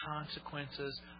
consequences